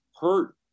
hurt